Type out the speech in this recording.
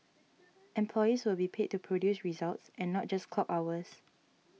employees will be paid to produce results and not just clock hours